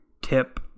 tip